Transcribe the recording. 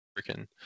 freaking